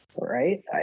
Right